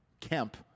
Kemp